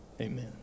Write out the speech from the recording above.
Amen